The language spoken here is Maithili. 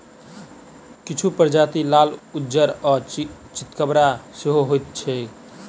किछु प्रजाति लाल, उज्जर आ चितकाबर सेहो होइत छैक